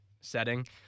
setting